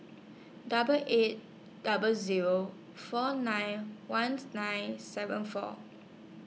double eight double Zero four nine one nine seven four